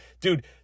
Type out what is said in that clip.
dude